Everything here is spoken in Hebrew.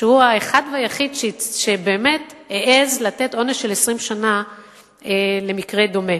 שהוא האחד והיחיד שבאמת העז לתת עונש של 20 שנה למקרה דומה,